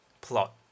plot